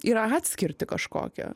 ir atskirtį kažkokią